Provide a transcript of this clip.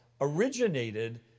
originated